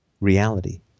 reality